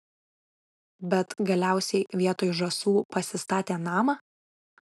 bet galiausiai vietoj žąsų pasistatė namą